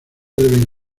deben